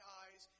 eyes